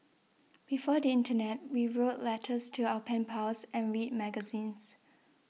before the internet we wrote letters to our pen pals and read magazines